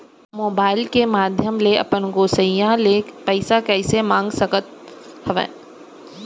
Mobile के माधयम ले अपन गोसैय्या ले पइसा कइसे मंगा सकथव?